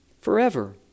forever